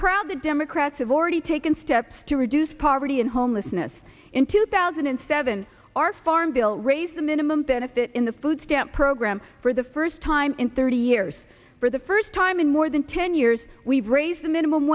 proud the democrats have already taken steps to reduce poverty and homelessness in two thousand and seven our farm bill raise the minimum benefit in the food stamp program for the first time in thirty years for the first time in more than ten years we've raised the minimum